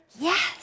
yes